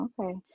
okay